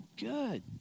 good